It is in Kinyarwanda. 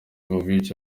vujicic